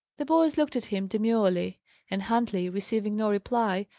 the boys looked at him demurely and huntley, receiving no reply,